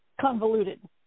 convoluted